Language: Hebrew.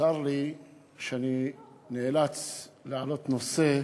צר לי שאני נאלץ להעלות נושא